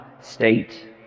state